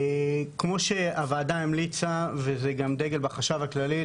כמו שהוועדה המליצה וזה גם דגל בחשב הכללי,